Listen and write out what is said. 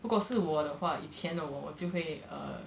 如果是我的话以前的我我就会 err